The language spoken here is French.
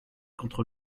contre